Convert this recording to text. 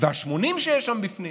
וה-80 שיש שם בפנים.